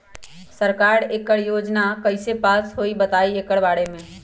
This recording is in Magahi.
सरकार एकड़ योजना कईसे पास होई बताई एकर बारे मे?